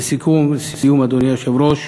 לסיכום וסיום, אדוני היושב-ראש,